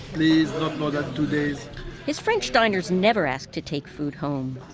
please not more than two days his french diners never ask to take food home.